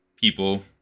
people